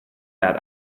that